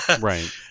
right